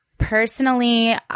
Personally